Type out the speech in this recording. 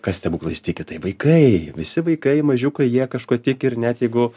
kas stebuklais tiki tai vaikai visi vaikai mažiukai jie kažkuo tiki ir net jeigu